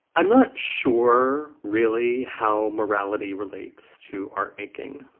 i'm not sure really how morality relates to art making.